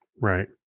Right